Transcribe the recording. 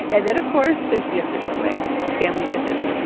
and then of course there's the official way family visits.